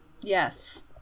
Yes